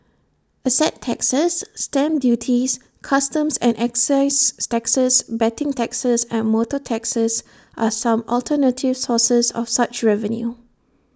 asset taxes stamp duties customs and excise taxes betting taxes and motor taxes are some alternative sources of such revenue